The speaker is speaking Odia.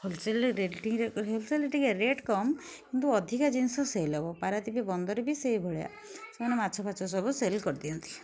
ହୋଲ୍ସେଲ୍ରେ ରେଟିଙ୍ଗ ହୋଲ୍ସେଲ୍ରେ ଟିକେ ରେଟ୍ କମ୍ କିନ୍ତୁ ଅଧିକା ଜିନିଷ ସେଲ୍ ହେବ ପାରାଦ୍ୱୀପ ବନ୍ଦର ବି ସେଇ ଭଳିଆ ସେମାନେ ମାଛଫାଛ ସବୁ ସେଲ୍ କରିଦିଅନ୍ତି